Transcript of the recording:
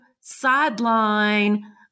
sideline